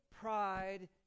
pride